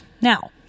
now